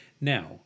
Now